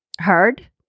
hard